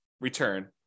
return